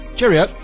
Cheerio